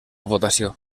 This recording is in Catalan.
votació